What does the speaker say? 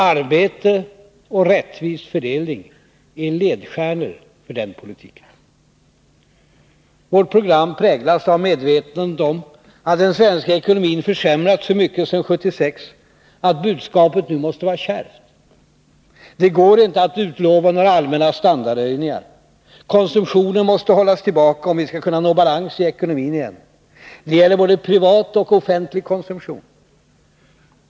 Arbete och rättvis fördelning är ledstjärnorna för den politiken. Vårt program präglas av medvetandet om att den svenska ekonomin försämrats så mycket sedan 1976 att budskapet nu måste vara mycket kärvt. Det går inte att utlova några allmänna standardhöjningar. Konsumtionen måste hållas tillbaka om vi skall kunna nå balans i ekonomin igen. Det gäller både privat och offentlig konsumtion.